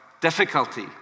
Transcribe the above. difficulty